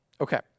Okay